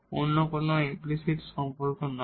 অন্য কোন ইমপ্লিসিট সম্পর্ক নয়